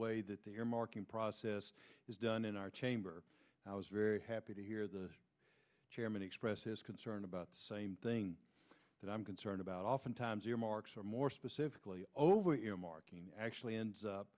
way that they are marking process is done in our chamber i was very happy to hear the chairman express his concern about the same thing that i'm concerned about oftentimes earmarks are more specifically over earmarking actually ends up